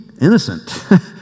innocent